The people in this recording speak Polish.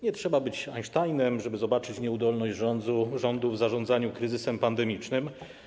Nie trzeba być Einsteinem, żeby zobaczyć nieudolność rządu w zarządzaniu kryzysem pandemicznym.